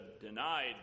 denied